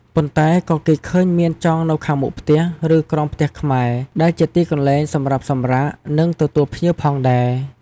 ប៉ុន្តែក៏គេឃើញមានចងនៅខាងមុខផ្ទះ ឬក្រោមផ្ទះខ្មែរ ដែលជាទីកន្លែងសម្រាប់សម្រាក និងទទួលភ្ញៀវផងដែរ។